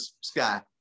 sky